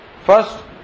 first